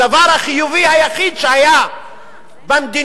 הדבר החיובי היחיד שהיה במדיניות